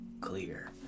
clear